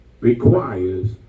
requires